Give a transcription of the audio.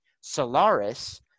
Solaris